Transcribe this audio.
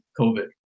COVID